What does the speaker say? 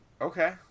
okay